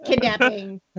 kidnapping